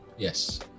Yes